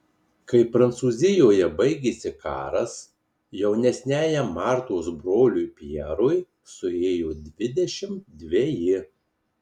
kai prancūzijoje baigėsi karas jaunesniajam martos broliui pjerui suėjo dvidešimt dveji